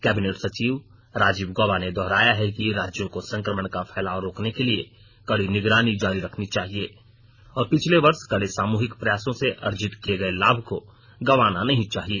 cabinet सचिव राजीव गौबा ने दौहराया है कि राज्यों को संक्रमण का फैलाव रोकने के लिए कड़ी निगरानी जारी रखनी चाहिए और पिछले वर्ष कड़े सामूहिक प्रयासों से अर्जित किए गए लाभ को गवाना नही चाहिए